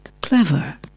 clever